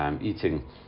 Eating